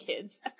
kids